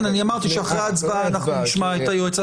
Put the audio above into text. אמרתי שאחרי ההצבעה אנחנו נשמע את היועץ המשפטי.